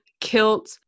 kilt